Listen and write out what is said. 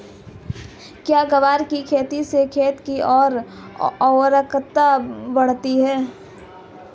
क्या ग्वार की खेती से खेत की ओर उर्वरकता बढ़ती है?